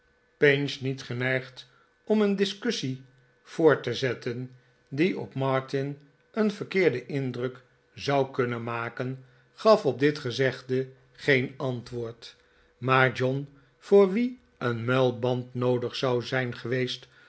pinch niet geneigd om een discussie voort te zetten die op martin een verkeerden indruk zou kunnen maken gaf op dit maarten chuzzlewit gezegde geen antwoord maar john voor wien een muilband noodig zou zijn geweest